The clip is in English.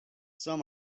some